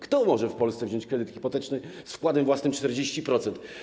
Kto może w Polsce wziąć kredyt hipoteczny z wkładem własnym 40%?